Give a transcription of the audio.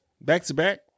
back-to-back